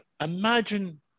Imagine